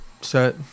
set